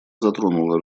затронула